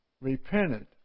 Repented